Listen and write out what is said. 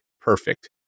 perfect